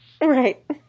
Right